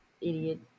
idiot